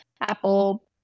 apple